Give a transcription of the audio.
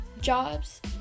jobs